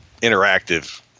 interactive